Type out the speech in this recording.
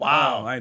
Wow